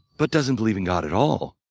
but doesn't believe in god at all.